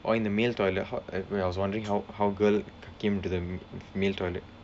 oh in the male toilet how wait I was wondering how how girl came into the male toilet